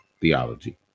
theology